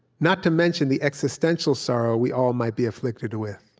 not to mention the existential sorrow we all might be afflicted with,